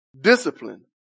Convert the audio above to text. discipline